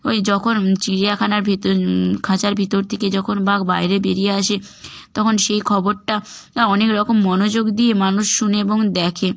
ওই যখন চিড়িয়াখানার ভিতর খাঁচার ভিতর থেকে যখন বাঘ বাইরে বেরিয়ে আসে তখন সেই খবরটা অনেক রকম মনোযোগ দিয়ে মানুষ শোনে এবং দেখে